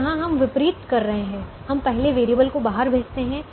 तो यहाँ हम विपरीत कर रहे हैं हम पहले वेरिएबल को बाहर भेजते हैं